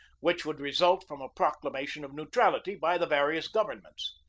which would result from a proc lamation of neutrality by the various governments.